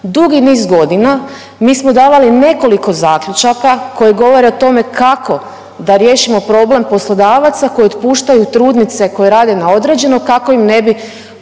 dugi niz godina. Mi smo davali nekoliko zaključaka koji govore o tome kako da riješimo problem poslodavaca koji otpuštaju trudnice koje rade na određeno kako im ne bi